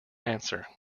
answer